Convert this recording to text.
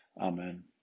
Amen